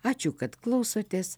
ačiū kad klausotės